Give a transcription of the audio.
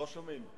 לא שומעים אותך.